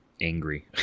angry